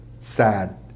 sad